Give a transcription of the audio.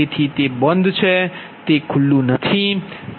તેથી તે બંધ છે તે ખુલ્લું છે